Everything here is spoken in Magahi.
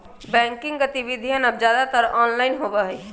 बैंकिंग गतिविधियन अब ज्यादातर ऑनलाइन होबा हई